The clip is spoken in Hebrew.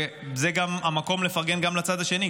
וזה המקום לפרגן גם לצד השני,